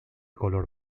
color